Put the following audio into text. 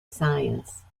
science